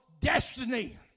destiny